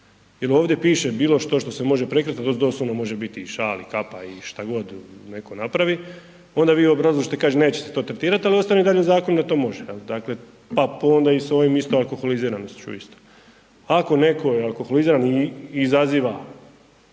jel ovdje piše bilo što što se može prekrit, to doslovno može biti i šal i kapa i šta god neko napravi, onda vi obrazložite i kažete neće se to tretirat, al ostane i dalje u zakonu da to može jel, dakle pa onda i s ovom alkoholiziranošću isto, ako neko i alkoholiziran izaziva